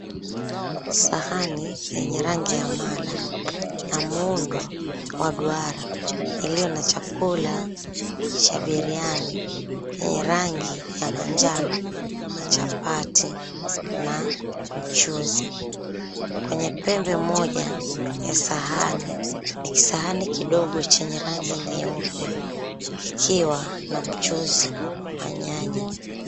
Sahani yenye rangi ya mala. Na muundo wa duara iliyo na chakula cha biriani yenye rangi ya manjano na chapati na mchuzi. Kwenye pembe moja ya sahani ni kisahani kidogo chenye rangi nyeupe ikiwa na mchuzi wa nyanya.